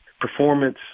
performance